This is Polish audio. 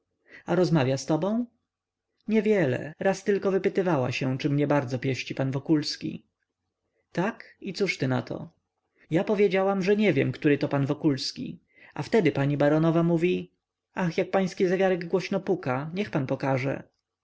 rozmawia z tobą niewiele raz tylko wypytywała się czy mnie bardzo pieści pan wokulski tak i cóż ty na to ja powiedziałam że nie wiem który to pan wokulski a wtedy pani baronowa mówi ach jak pański zegarek głośno puka niech pan pokaże